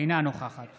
אינה נוכחת